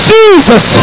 Jesus